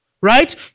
right